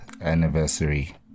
anniversary